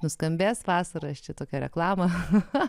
nuskambės vasarą šitokia reklama aha